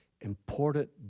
important